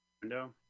window